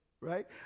right